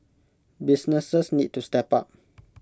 businesses need to step up